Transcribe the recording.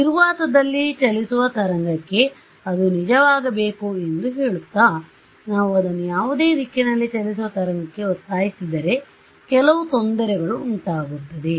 ನಿರ್ವಾತದಲ್ಲಿ ಚಲಿಸುವ ತರಂಗಕ್ಕೆ ಅದು ನಿಜವಾಗಬೇಕು ಎಂದು ಹೇಳುತ್ತಾ ನಾವು ಅದನ್ನು ಯಾವುದೇ ದಿಕ್ಕಿನಲ್ಲಿ ಚಲಿಸುವ ತರಂಗಕ್ಕೆ ಒತ್ತಾಯಿಸಿದರೆ ಕೆಲವು ತೊಂದರೆಗಳು ಉಂಟಾಗುತ್ತದೆ